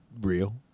real